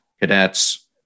cadets